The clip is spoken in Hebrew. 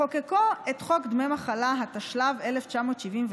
בחוקקו את חוק דמי מחלה, התשל"ו 1976,